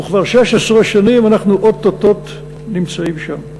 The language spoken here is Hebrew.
וכבר 16 שנים אנחנו או-טו-טו נמצאים שם.